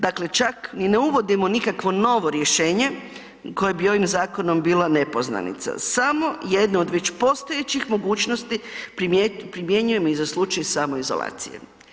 Dakle, čak ni ne uvodimo nikakvo novo rješenje koje bi ovim zakonom bila nepoznanica, samo jedno od već postojećih mogućnosti primjenjujemo i za slučaj samoizolacije.